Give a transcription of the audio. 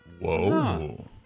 Whoa